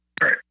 Right